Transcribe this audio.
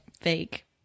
fake